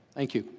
thank you.